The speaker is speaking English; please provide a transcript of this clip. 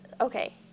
okay